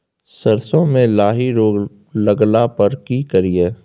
सरसो मे लाही रोग लगला पर की करिये?